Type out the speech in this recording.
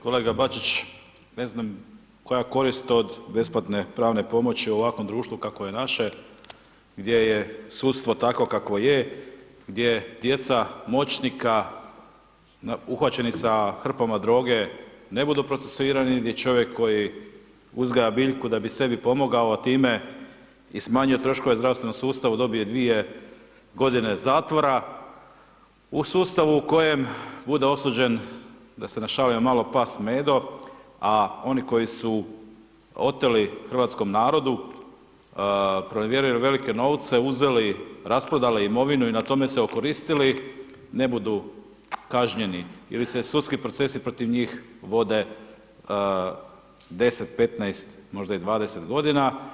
Kolega Bačić, ne znam koja je korist od besplatne pravne pomoći u ovakvom društvu kakvo je naše gdje je sudstvo takvo kakvo je, gdje djeca moćnika uhvaćeni sa hrpama droge ne budu procesuirani, gdje čovjek koji uzgaja biljku da bi se bi pomogao a time i smanjuje troškove zdravstvenom sustavu dobije 2 godine zatvora, u sustavu u kojem bude osuđen, da se našalimo malo pas Medo a oni koji su oteli hrvatskom narodu, pronevjerili velike novce, uzeli, rasprodali imovinu i na tome se okoristili ne budu kažnjeni ili se sudski procesi protiv njih vode 10, 15 možda i 20 godina.